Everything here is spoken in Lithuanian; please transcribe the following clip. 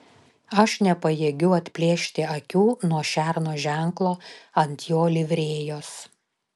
aš nepajėgiu atplėšti akių nuo šerno ženklo ant jo livrėjos